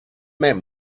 men